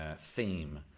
theme